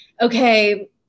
okay